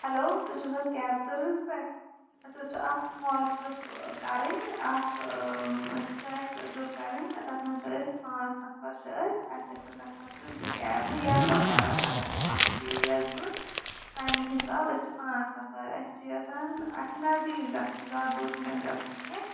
hello تُہۍ چھِو حظ کیب سٔروِس پٮ۪ٹھ اَسہِ حظ چھُ اکھ سُمال ٹرِپ کَرٕنۍ اکھ چھِ اَسہِ ٹرپ کَرٕنۍ تَتھ منٛز چھِ أسۍ پانٛژھ نَفرچھِ أسۍ اَسہِ گژھن تَتھ خٲطرٕ زٕ کیبہٕ یا وٹ ایور اَگر تُہۍ اکھ دِیو یا زٕ تَمی حِسابہٕ أسۍ چھِ پانٛژھ نَفر أسۍ چھِ یَژھان اَسہِ چھُ نَزدیٖکٕے گژھُن زیادٕ دوٗر چھُنہٕ اَسہِ گژھُن کیٚنٛہہ